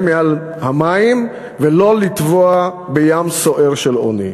מעל המים ולא לטבוע בים סוער של עוני.